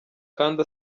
kandi